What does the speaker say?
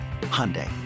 Hyundai